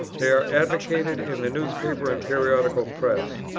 they are advocated in the newspaper and periodical press.